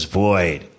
void